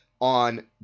on